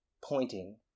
pointing